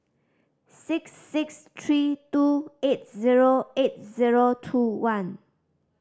six six three two eight zero eight zero two one